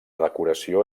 decoració